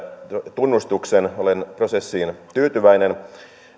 tunnustuksen olen prosessiin tyytyväinen